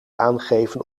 aangeven